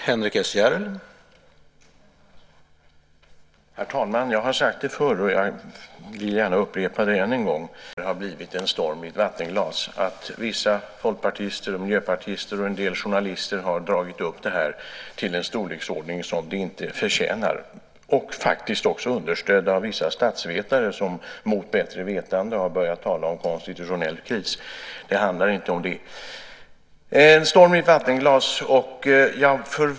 Herr talman! Jag har sagt det förr, och jag vill gärna upprepa det än en gång: Jag tycker att det här har blivit en storm i ett vattenglas. Vissa folkpartister och miljöpartister och en del journalister har dragit upp det här till en storleksordning som det inte förtjänar, faktiskt också understödda av vissa statsvetare som mot bättre vetande har börjat tala om konstitutionell kris. Det handlar inte om det. Det är en storm i ett vattenglas.